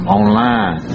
online